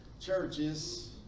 churches